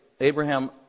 Abraham